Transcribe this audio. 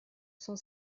cent